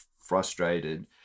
frustrated